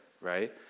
right